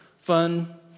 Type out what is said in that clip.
fun